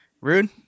Rude